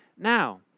now